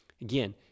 Again